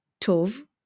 Tov